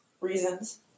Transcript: reasons